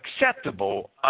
acceptable